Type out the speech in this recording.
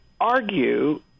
argue